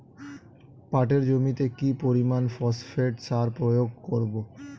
পাটের জমিতে কি পরিমান ফসফেট সার প্রয়োগ করব?